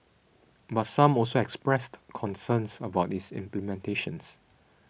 but some also expressed concerns about its implementations